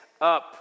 up